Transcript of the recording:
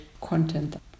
content